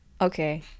Okay